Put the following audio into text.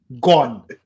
Gone